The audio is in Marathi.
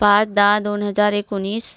पाच दहा दोन हजार एकोणीस